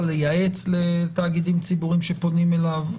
לייעץ לתאגידים ציבוריים שפונים אליו.